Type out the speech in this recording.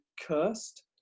cursed